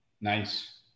Nice